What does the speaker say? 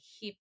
hip